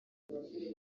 iyi